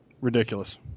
ridiculous